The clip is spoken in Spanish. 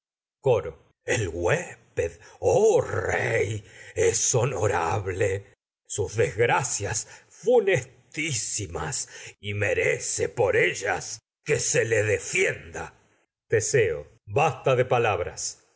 coro el huésped y oh rey merece es honorable sus des gracias funestísimas fienda por ellas que se le de teseo basta de palabras